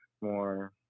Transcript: more